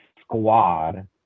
squad